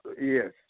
Yes